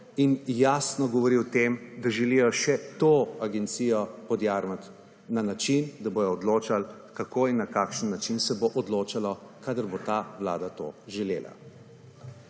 in jasno govori o tem, da želijo še to agencijo / nerazumljivo/ na način, da bodo odločali kako in na kakšen način se bo odločalo, kadar bo ta Vlada to želela.